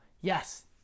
yes